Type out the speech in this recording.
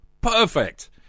Perfect